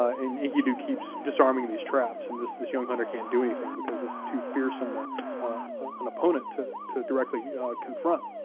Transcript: and enkidu keeps disarming these traps, and this this young hunter can't do anything because he's too fearsome ah an opponent to to directly confront.